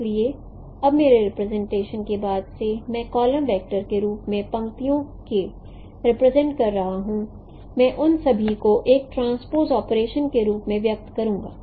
इसलिए अब मेरे रिप्रेजेंटेशन के बाद से मैं एक कॉलम वेक्टर के रूप में पंक्तियों को रिप्रेजेंट कर रहा हूं मैं उन सभी को एक ट्रांसपोज़ ऑपरेशन के रूप में व्यक्त करूंगा